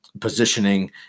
positioning